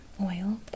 oil